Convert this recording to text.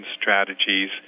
strategies